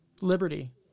liberty